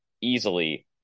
easily